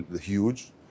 huge